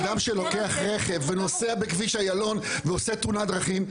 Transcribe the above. אדם שלוקח רכב ונוסע בכביש איילון ועושה תאונת דרכים,